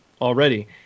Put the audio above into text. already